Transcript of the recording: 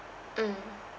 mm